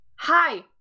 Hi